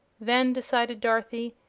then, decided dorothy,